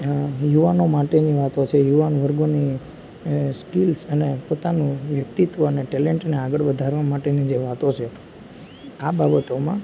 અને યુવાનો માટેની મહત્ત્વ છે યુવાન વર્ગોની સ્કિલ્સ અને પોતાનું વ્યક્તિત્વ અને ટેલેન્ટને આગળ વધારવા માટેની જે વાતો છે આ બાબતોમાં